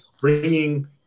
bringing